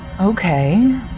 Okay